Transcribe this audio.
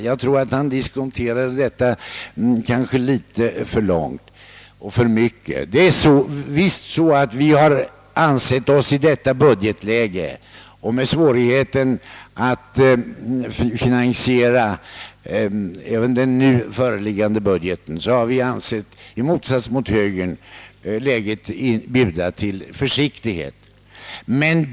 Jag tror att han diskonterade litet för mycket i detta fall. I det budgetläge vi har med svårigheter att finansiera den nu föreliggande budgeten har vi i motsats till högern ansett läget mana till försiktighet.